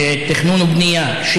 תכנון ובנייה.